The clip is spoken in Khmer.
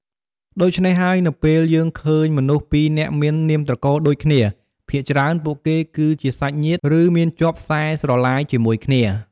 ដូច្នេះហើយ នៅពេលយើងឃើញមនុស្សពីរនាក់មាននាមត្រកូលដូចគ្នា ភាគច្រើនពួកគេគឺជាសាច់ញាតិ ឬ មានជាប់សែស្រឡាយជាមួយគ្នា។